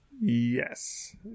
yes